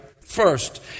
first